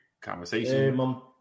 conversation